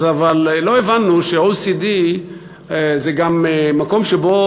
אבל לא הבנו שה-OECD הוא גם מקום שבו